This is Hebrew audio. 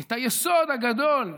את היסוד הגדול,